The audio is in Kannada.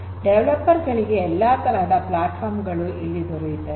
ಡೆವೆಲಪರ್ ಗಳಿಗೆ ಎಲ್ಲ ತರಹದ ಪ್ಲಾಟ್ಫಾರ್ಮ್ ಗಳು ಇಲ್ಲಿ ದೊರೆಯುತ್ತವೆ